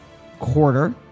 quarter